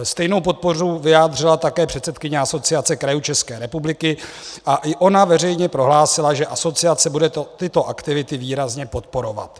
Stejnou podporu vyjádřila také předsedkyně Asociace krajů České republiky a i ona veřejně prohlásila, že asociace bude tyto aktivity výrazně podporovat.